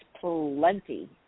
plenty